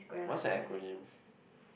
what's your acronym